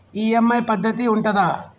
EMI పద్ధతి ఉంటదా?